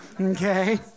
Okay